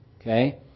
okay